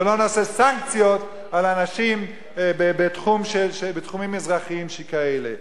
ולא נעשה סנקציות לאנשים בתחומים אזרחיים שכאלה.